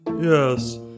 Yes